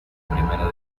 primera